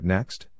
Next